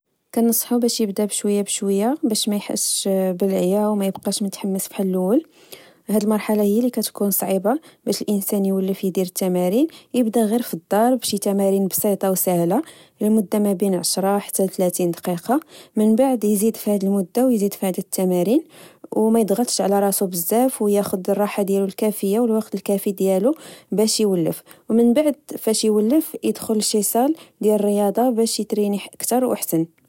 كان الصحو باش يبدا بشوية بشوية باش ما يحس بلعيا، و ميبقاش متحمس بحال لول، هاد المرحلة هي لي كتكون صعيبة باش الإنسان يوليف يدير التمارين يبدا غير في الدار بشي تمارين بسيطة و سهلة لمدة ما بين عشرة حتى لتلاتين دقيقة، من بعد يزيد في هاد المدة ويزيد في هاد التمارين، و ما يضغطش على راسو بزاف، وياخد الراحة ديالو الكافية، والوقت الكافي ديالو باش يولف، ومن بعد فاش يولف يدخل لشي صال ديال الرياضة بش يتريني أكثر وحسن